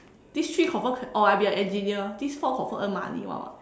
this three confirm or I be an engineer this four confirm earn money [one] [what]